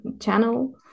channel